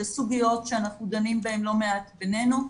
אלה סוגיות שאנחנו דנים בהן לא מעט בינינו.